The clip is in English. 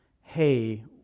hey